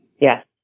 Yes